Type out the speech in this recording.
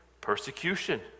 Persecution